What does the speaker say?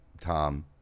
Tom